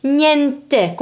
niente